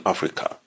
Africa